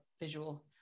visual